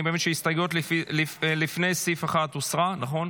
אני מבין שההסתייגות לפני סעיף 1 הוסרה, נכון?